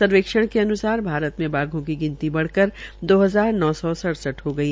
सर्वेक्षण में अनुसार भारत में बाघों की गिनती ब कर दो हजार नौ सौ सड़सठ हो गई